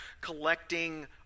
collecting